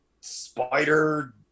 spider